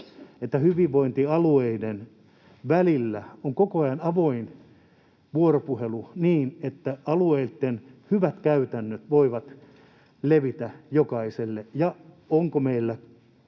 että hyvinvointialueiden välillä on koko ajan avoin vuoropuhelu, niin että alueitten hyvät käytännöt voivat levitä jokaiselle? Ja onko meillä